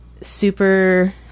super